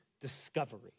discovery